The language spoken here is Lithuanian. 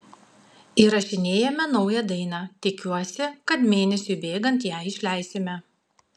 įrašinėjame naują dainą tikiuosi kad mėnesiui bėgant ją išleisime